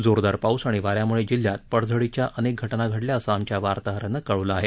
जोरदार पाऊस आणि वाऱ्यामुळे जिल्ह्यात पडझडीच्या अनेक घटना घडल्या असं आमच्या वार्ताहरानं कळवलं आहे